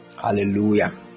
hallelujah